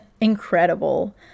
incredible